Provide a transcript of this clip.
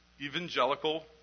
evangelical